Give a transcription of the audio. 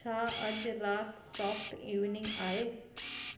छा अॼु राति सॉफ्ट इवनिंग आहे